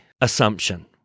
assumption